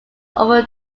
over